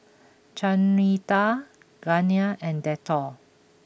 Chanira Garnier and Dettol